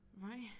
right